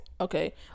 Okay